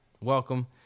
welcome